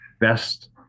best